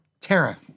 Tara